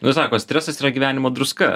nu sako stresas yra gyvenimo druska